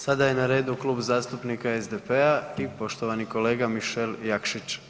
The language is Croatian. Sada je na redu Klub zastupnika SDP-a i poštovani kolega Mišel Jakšić.